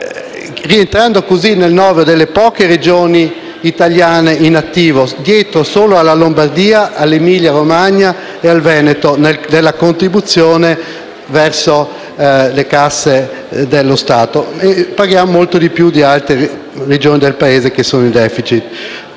rientrando così nel novero delle poche Regioni italiane in attivo, dietro solo alla Lombardia, all'Emilia-Romagna e al Veneto nella contribuzione verso le casse dello Stato. Paghiamo molto più di altre Regioni del Paese che sono in*deficit*.